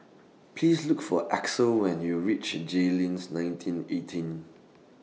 Please Look For Axel when YOU REACH Jayleen's nineteen eighteen